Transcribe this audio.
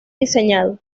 diseñado